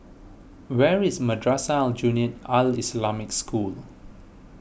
where is Madrasah Aljunied Al Islamic School